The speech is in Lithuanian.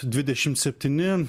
dvidešim septyni